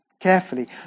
carefully